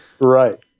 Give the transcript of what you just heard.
Right